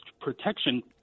protection